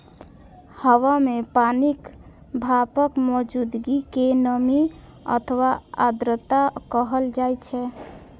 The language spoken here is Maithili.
हवा मे पानिक भापक मौजूदगी कें नमी अथवा आर्द्रता कहल जाइ छै